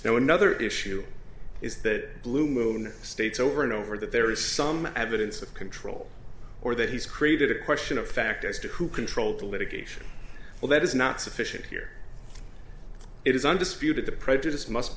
now another issue is that blue moon states over and over that there is some evidence of control or that he's created a question of fact as to who controlled the litigation well that is not sufficient here it is undisputed the prejudice must